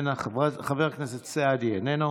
איננה, חבר הכנסת סעדי, איננו,